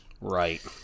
right